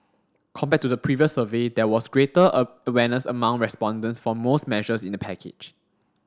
compared to the previous survey there was greater a awareness among respondents for most measures in the package